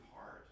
hard